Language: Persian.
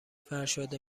فرشاد